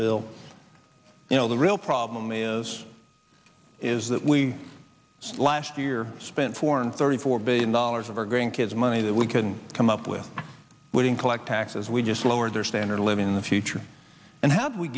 bill you know the real problem is is that we last year spent four hundred thirty four billion dollars of our grandkids money that we couldn't come up with when collect taxes we just lowered their standard of living in the future and how